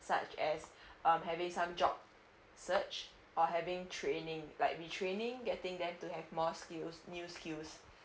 such as um having some job search or having training like we training getting them to have more skills news skills